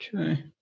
Okay